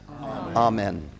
Amen